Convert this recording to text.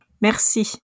Merci